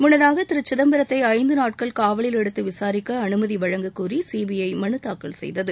முன்னதாக திரு சிதப்பரத்தை ஐந்து நாட்கள் காவலில் எடுத்து விசாரிக்க அனுமதி வழங்கக்கோரி சிபிஜ மனு தாக்கல் செய்தது